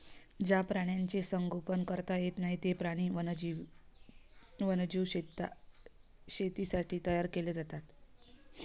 ज्या प्राण्यांचे संगोपन करता येत नाही, ते प्राणी वन्यजीव शेतीसाठी तयार केले जातात